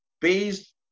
based